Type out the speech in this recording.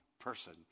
person